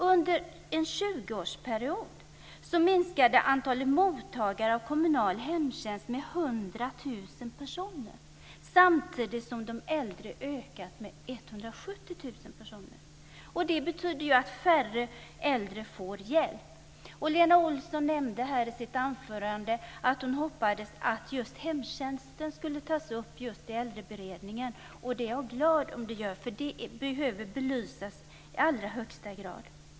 Under en 20-årsperiod minskade antalet mottagare av kommunal hemtjänst med 100 000 170 000 personer. Det betyder att färre äldre får hjälp. Lena Olsson nämnde i sitt anförande att hon hoppades att just hemtjänsten skulle tas upp i Äldreberedningen. Jag är glad om det görs för det behöver belysas i allra högsta grad.